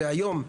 שזה היום,